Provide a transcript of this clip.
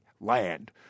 land